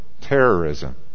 terrorism